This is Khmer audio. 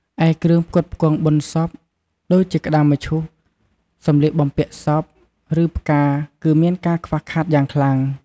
ឯគ្រឿងផ្គត់ផ្គង់បុណ្យសព ដូចជាក្ដារមឈូស សម្លៀកបំពាក់សព ឬផ្កា គឺមានការខ្វះខាតយ៉ាងខ្លាំង។